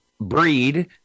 breed